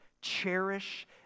cherish